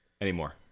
anymore